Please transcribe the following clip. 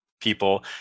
people